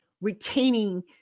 retaining